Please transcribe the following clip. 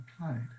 applied